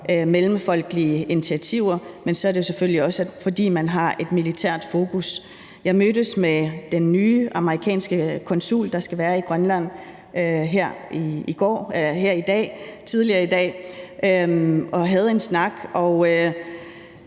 mellemfolkelige initiativer, men så er det jo selvfølgelig også, fordi man har et militært fokus. Jeg mødtes med den nye amerikanske konsul, der skal være i Grønland, her tidligere i dag, hvor vi havde en snak.